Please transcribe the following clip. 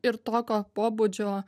ir tokio pobūdžio